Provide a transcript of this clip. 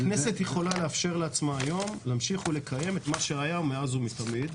הכנסת יכולה לאפשר לעצמה היום להמשיך ולקיים את מה שהיה מאז ומתמיד,